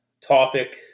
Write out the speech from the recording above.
topic